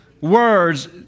Words